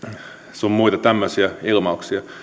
sun muita tämmöisiä ilmauksia